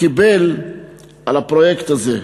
קיבל על הפרויקט הזה,